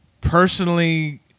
personally